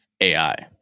AI